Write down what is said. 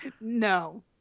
No